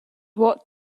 what